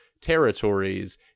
territories